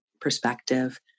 perspective